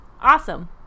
awesome